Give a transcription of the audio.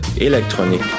Électronique